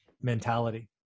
mentality